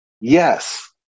Yes